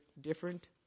different